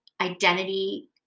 identity